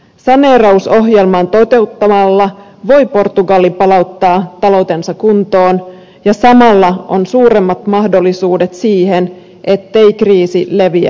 saneerausohjelman toteuttamalla voi portugali palauttaa taloutensa kuntoon ja samalla on suuremmat mahdollisuudet siihen ettei kriisi leviä edelleen